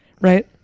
Right